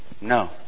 No